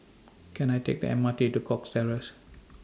Can I Take The M R T to Cox Terrace